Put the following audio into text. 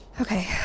Okay